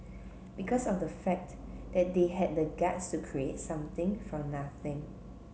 because of the fact that they had the guts to create something from nothing